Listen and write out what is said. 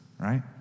right